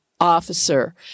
officer